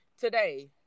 Today